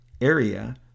area